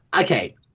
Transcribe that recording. okay